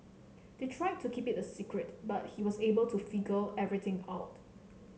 they tried to keep it a secret but he was able to figure everything out